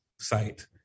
site